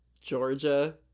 Georgia